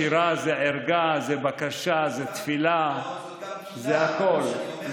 שירה זה ערגה, זה בקשה, זה תפילה, זה הכול.